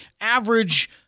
average